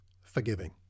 forgiving